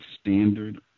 standard